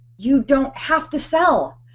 you don't have to sell.